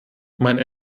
meinen